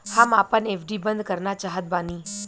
हम आपन एफ.डी बंद करना चाहत बानी